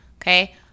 okay